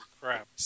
crap